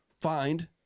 find